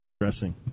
dressing